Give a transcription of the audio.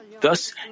thus